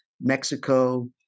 Mexico